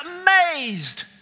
amazed